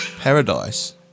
Paradise